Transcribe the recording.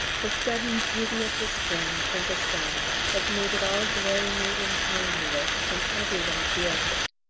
the sudden beauty of the spring and the sun has made it all glaringly incongruous, and every one feels it.